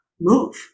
move